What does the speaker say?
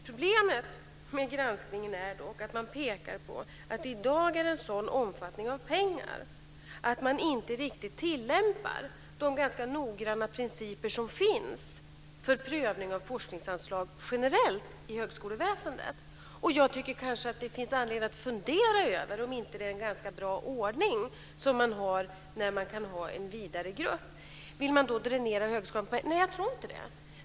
Problemet med granskningen är dock att man pekar på att det i dag är en sådan omfattning av pengar att man inte riktigt tillämpar de ganska noggranna principer som finns för prövning av forskningsanslag generellt i högskoleväsendet. Jag tycker att det kanske finns anledning att fundera över om det inte är en ganska bra ordning som man har när man kan ha en vidare grupp. Vill man då dränera högskolan på pengar? Nej, jag tror inte det.